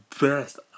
best